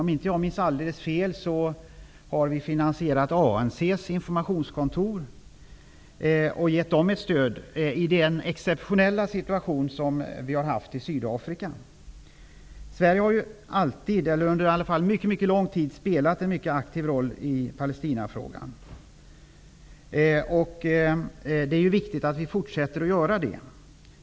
Om jag inte minns alldeles fel har Sverige genom stöd finansierat ANC:s informationskontor i den exceptionella situation som har varit i Sydafrika. Sverige har under en mycket lång tid spelat en mycket aktiv roll i Palestinafrågan. Det är viktigt att vi fortsätter att göra det.